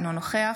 אינו נוכח